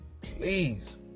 please